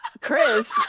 chris